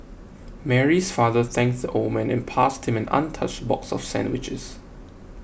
Mary's father thanked the old man and passed him an untouched box of sandwiches